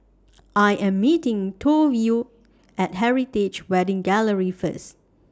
I Am meeting Toivo At Heritage Wedding Gallery First